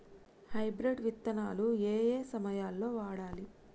Hybrid విత్తనాలు ఏయే సమయాల్లో వాడాలి?